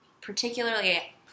particularly